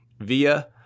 via